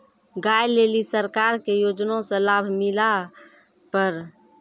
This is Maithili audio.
गाय ले ली सरकार के योजना से लाभ मिला पर?